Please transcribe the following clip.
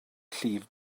llif